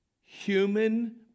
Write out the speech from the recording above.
Human